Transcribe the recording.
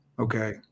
okay